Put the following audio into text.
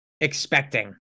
expecting